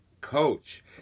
coach